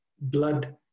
blood